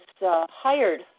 hired